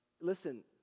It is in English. listen